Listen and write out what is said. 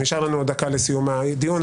נשארה לנו עוד דקה לסיום הדיון,